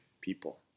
people